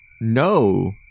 No